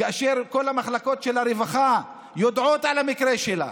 כאשר כל המחלקות של הרווחה יודעות על המקרה שלה,